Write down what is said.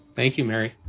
thank you, mary.